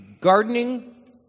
gardening